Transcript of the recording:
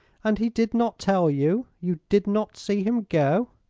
and he did not tell you? you did not see him go?